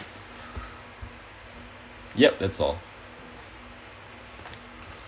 yup that's all